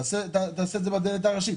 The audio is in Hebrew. תעשה את זה בדלת הראשית.